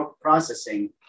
processing